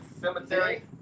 cemetery